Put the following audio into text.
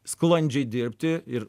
sklandžiai dirbti ir